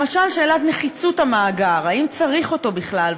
למשל, שאלת נחיצות המאגר: האם צריך אותו בכלל?